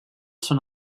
són